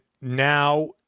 now